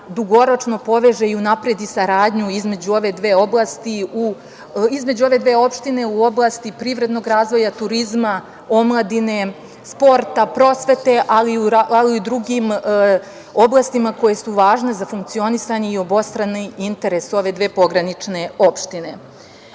dugoročno poveže i unapredi saradnju između ove dve opštine u oblasti privrednog razvoja, turizma, omladine, sporta, prosvete, ali i u drugim oblastima koje su važne za funkcionisanje i obostrani interes ove dve pogranične opštine. Moram